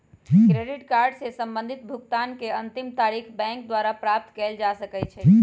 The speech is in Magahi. क्रेडिट कार्ड से संबंधित भुगतान के अंतिम तारिख बैंक द्वारा प्राप्त कयल जा सकइ छइ